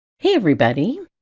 hay everybody!